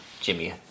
Jimmy